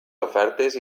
ofertes